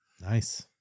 Nice